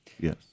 yes